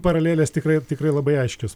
paralelės tikrai tikrai labai aiškios